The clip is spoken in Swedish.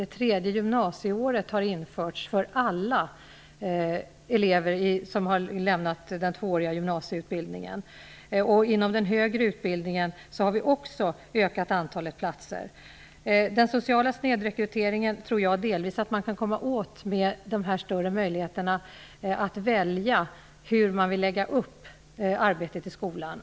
Det tredje gymnasieåret har införts för alla elever som har lämnat den tvååriga gymnasieutbildningen. Inom den högre utbildningen har vi också utökat antalet platser. Jag tror att vi delvis kan komma åt den sociala snedrekryteringen genom större möjligheter att välja hur man vill lägga upp arbetet i skolan.